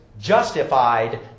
justified